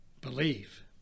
believe